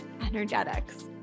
energetics